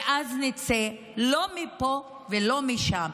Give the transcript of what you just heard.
ואז נצא לא מפה ולא משם,